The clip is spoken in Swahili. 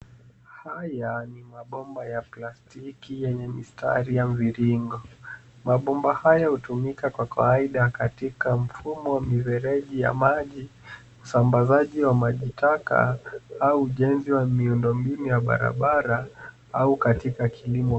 Haya ni mabomba ya plastiki yenye mistari ya mviringo. Mabomba hayo hutumika kwa kawaida katika mifumo ya mifereji ya maji, usambazaji wa maji taka au ujenzi wa miundombinu ya barabara au katika kilimo.